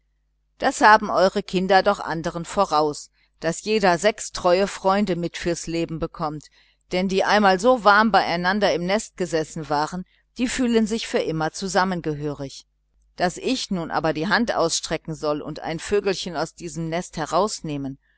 das haben eure kinder doch vor andern voraus daß jedes sechs treue freunde mit fürs leben bekommt denn die einmal so warm beieinander im nest gesessen waren die fühlen sich für immer zusammengehörig daß ich nun aber die hand ausstrecken soll und ein vögelein aus diesem nest herausnehmen